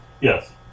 Yes